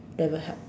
they will help